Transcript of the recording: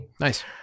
Nice